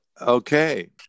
okay